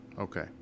okay